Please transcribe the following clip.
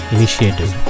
Initiative